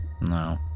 no